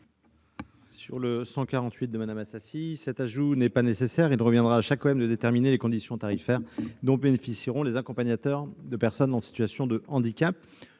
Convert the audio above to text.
par l'amendement n° 148 n'est pas nécessaire. Il reviendra à chaque AOM de déterminer les conditions tarifaires dont bénéficieront les accompagnateurs de personnes en situation de handicap.